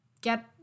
get